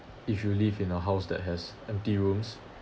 if you live in a house that has empty rooms